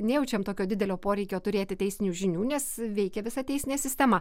nejaučiam tokio didelio poreikio turėti teisinių žinių nes veikia visa teisinė sistema